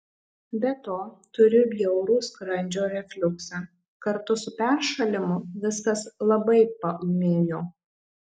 be to turiu bjaurų skrandžio refliuksą kartu su peršalimu viskas labai paūmėjo